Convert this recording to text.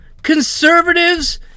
Conservatives